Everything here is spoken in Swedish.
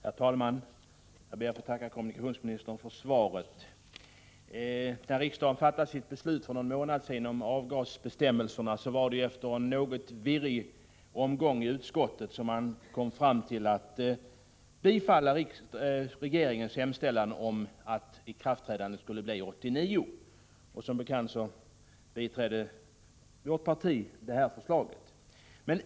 Herr talman! Jag ber att få tacka kommunikationsministern för svaret. När riksdagen för någon månad sedan fattade sitt beslut om avgasbestämmelserna, var det efter en något virrig omgång i utskottet som man kom fram till att bifalla regeringens hemställan om ikraftträdande 1989. Som bekant biträdde vårt parti det förslaget.